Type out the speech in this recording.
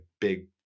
big